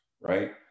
Right